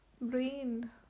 brain